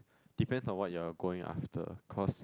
depend on what you are going after cause